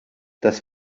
das